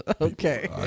Okay